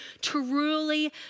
truly